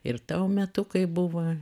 ir tau metukai buvo